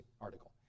article